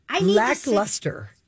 lackluster